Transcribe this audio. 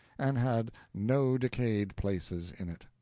and had no decayed places in it.